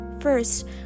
First